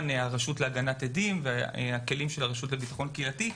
הרשות להגנת עדים והכלים של הרשות לביטחון קהילתי.